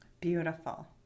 Beautiful